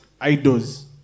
idols